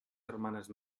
germanes